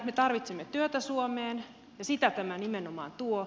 me tarvitsemme työtä suomeen ja sitä tämä nimenomaan tuo